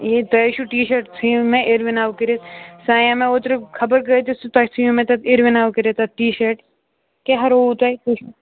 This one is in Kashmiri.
یے تۄہہِ حظ چھُو ٹی شٲٹ ژھٕنِو مےٚ اِروِناو کٔرِتھ سۄ آیے مےٚ اوترٕ خبر کۭتِس تہٕ تۄہہِ ژھٕنِو مےٚ تَتھ اِروِناو کٔرِتھ تَتھ ٹی شٲٹ کیٛاہ رووُ تۄہہِ تُہۍ